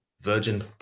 virgin